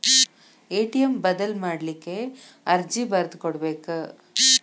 ATM ಬದಲ್ ಮಾಡ್ಲಿಕ್ಕೆ ಅರ್ಜಿ ಬರ್ದ್ ಕೊಡ್ಬೆಕ